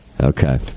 okay